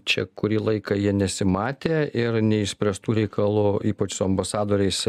čia kurį laiką jie nesimatė ir neišspręstų reikalų ypač su ambasadoriais